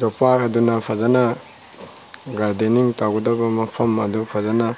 ꯌꯣꯝꯄꯥꯛ ꯑꯗꯨꯅ ꯐꯖꯅ ꯒꯥꯔꯗꯦꯟꯅꯤꯡ ꯇꯧꯒꯗꯕ ꯃꯐꯝ ꯑꯗꯨ ꯐꯖꯅ